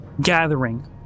gathering